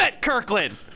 Kirkland